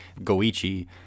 Goichi